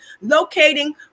locating